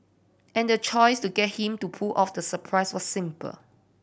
and the choice to get him to pull off the surprise was simple